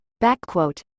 backquote